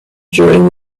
during